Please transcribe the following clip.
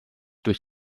durch